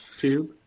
tube